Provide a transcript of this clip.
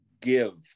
give